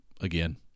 Again